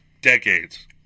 decades